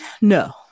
no